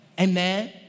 Amen